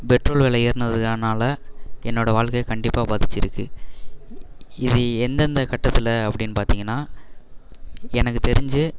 petrol விலை ஏறினது ஆனால் என்னோட வாழ்க்கைய கண்டிப்பாக பாதிச்சுருக்கு இது எந்தெந்த கட்டத்தில் அப்படின்னு பார்த்தீங்கன்னா எனக்கு தெரிஞ்சு